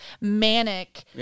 manic